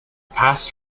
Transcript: passed